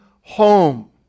home